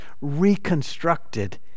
reconstructed